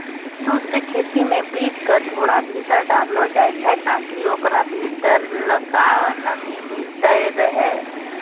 शुष्क खेती मे बीज क थोड़ा भीतर डाललो जाय छै ताकि ओकरा भीतरलका नमी मिलतै रहे